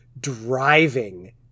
driving